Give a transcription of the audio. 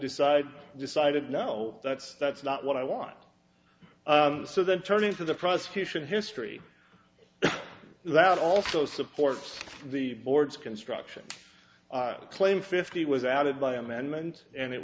decide decided no that's that's not what i want so then turning to the prosecution history that also supports the board's construction claim fifty was added by amendment and it